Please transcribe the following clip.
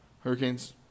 Hurricanes –